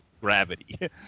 gravity